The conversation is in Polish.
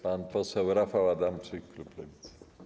Pan poseł Rafał Adamczyk, klub Lewicy.